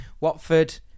Watford